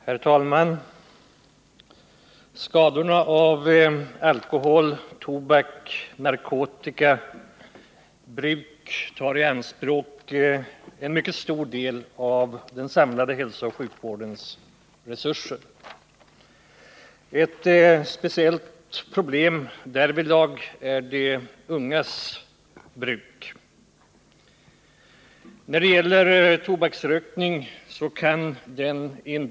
Herr talman! Skadorna av alkohol-, tobaksoch narkotikabruk tar i anspråk en mycket stor del av den samlade hälsooch sjukvårdens resurser. Ett speciellt problem därvidlag är det bruk och missbruk som förekommer bland de unga.